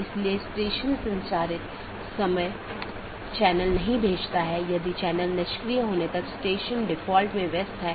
एक अन्य संदेश सूचना है यह संदेश भेजा जाता है जब कोई त्रुटि होती है जिससे त्रुटि का पता लगाया जाता है